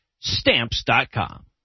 Stamps.com